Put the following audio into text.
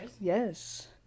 Yes